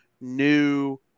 new